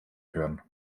hören